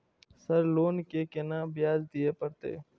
Sir loan के केना ब्याज दीये परतें?